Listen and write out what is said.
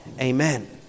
Amen